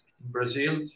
Brazil